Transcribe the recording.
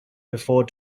before